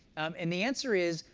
and the answer is,